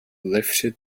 lifted